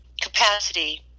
capacity